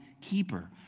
keeper